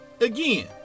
Again